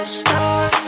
start